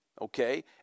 Okay